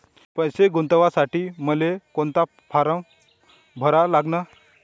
पैसे गुंतवासाठी मले कोंता फारम भरा लागन?